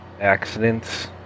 accidents